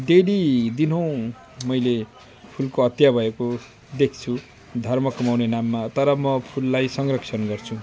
daily दिनहुँ मैले फुलको हत्या भएको देख्छु धर्म कमाउने नाममा तर म फुललाई संरक्षण गर्छु